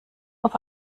auf